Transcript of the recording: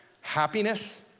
Happiness